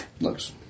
looks